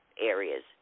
areas